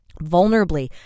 vulnerably